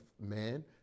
man